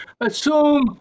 Assume